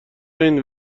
این